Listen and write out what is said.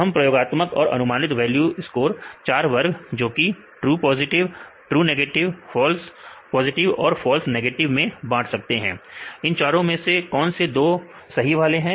तो हम प्रयोगात्मक और अनुमानित वैल्यू स्कोर चार वर्गों जोकि true positive true negative false positive और फॉल्स नेगेटिव में बांट सकते हैं इन चारों में से कौन से दो सही वाले हैं